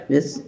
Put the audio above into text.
Yes